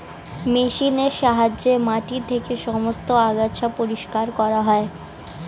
মেশিনের সাহায্যে মাটি থেকে সমস্ত আগাছা পরিষ্কার করা হয়